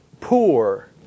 Poor